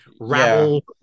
rabble